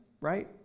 right